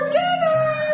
dinner